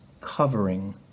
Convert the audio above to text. covering